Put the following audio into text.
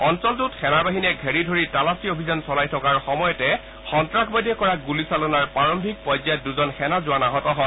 অঞ্চলটোত সেনাবাহিনীয়ে ঘেৰি ধৰি তালাচী অভিযান চলাই থকাৰ সময়তে সন্তাসবাদীয়ে কৰা গুলীচালনাৰ প্ৰাৰম্ভিক পৰ্যায়ত দূজন সেনা জোৱান আহত হয়